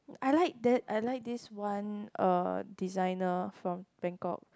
I like that I like this one uh designer from Bangkok